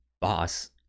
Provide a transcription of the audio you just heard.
boss